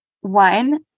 one